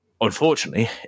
unfortunately